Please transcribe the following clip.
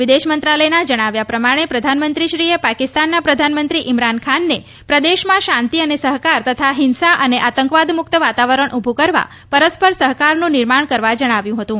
વિદેશ મંત્રાલયના જણાવ્યા પ્રમાણે પ્રધાનમંત્રીશ્રીએ પાકિસ્તાનના પ્રધાનમંત્રી ઈમરાન ખાનને પ્રદેશમાં શાંતિ અને સહકાર તથા હિંસા અને આતંકવાદ મુક્ત વાતાવરણ ઉભું કરવા પરસ્પર સહકારનું નિર્માણ કરવા જણાવ્યું હતું